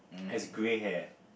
has grey hair